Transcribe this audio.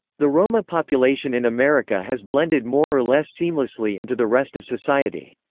the roma population in america has blended more-or-less seamlessly into the rest of society.